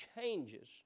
changes